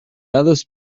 others